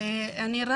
כן.